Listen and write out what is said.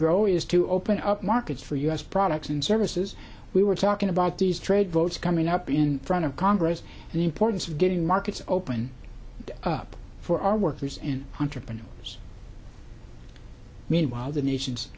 grow is to open up markets for u s products and services we were talking about these trade votes coming up in front of congress and the importance of getting markets open up for our workers in entrepreneurs meanwhile the nation